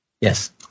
Yes